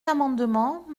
amendement